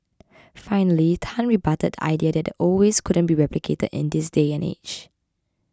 finally Tan rebutted the idea that the old ways couldn't be replicated in this day and age